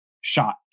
shot